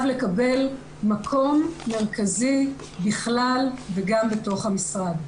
לקבל מקום מרכזי בכלל וגם בתוך המשרד.